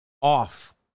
off